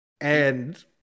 And-